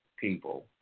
people